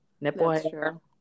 nipple